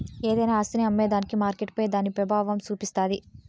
ఏదైనా ఆస్తిని అమ్మేదానికి మార్కెట్పై దాని పెబావం సూపిస్తాది